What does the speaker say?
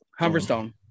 Humberstone